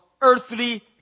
earthly